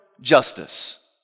justice